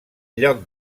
lloc